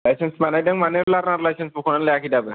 licence बानायदों माने learner license बख'नानै लायाखै दाबो